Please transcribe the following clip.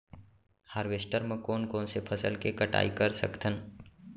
Harvester म कोन कोन से फसल के कटाई कर सकथन?